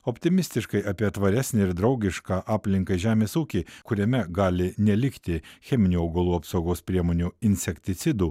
optimistiškai apie tvaresnį ir draugišką aplinkai žemės ūkį kuriame gali nelikti cheminių augalų apsaugos priemonių insekticidų